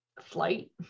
flight